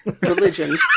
religion